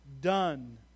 done